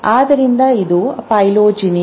ಆದ್ದರಿಂದ ಇದು ಫೈಲೋಜೆನಿ